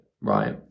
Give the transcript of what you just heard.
right